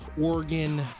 Oregon